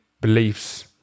beliefs